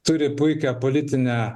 turi puikią politinę